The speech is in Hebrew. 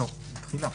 תחילה.